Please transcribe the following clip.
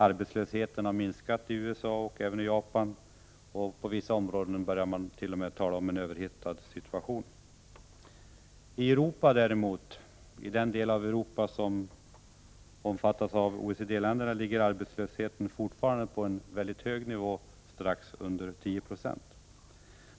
Arbetslösheten har minskat i USA och även i Japan, och på vissa områden har man t.o.m. börjat tala om en överhettad situation. I den del av Europa som omfattas av OECD-länderna ligger arbetslösheten fortfarande på en mycket hög nivå, strax under 10 26.